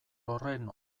horren